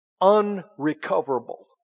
Unrecoverable